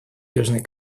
южной